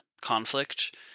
conflict